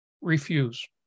Refuse